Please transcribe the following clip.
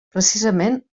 precisament